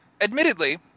admittedly